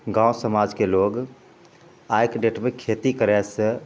गाँव समाजके लोग आइके डेटमे खेती करय सऽ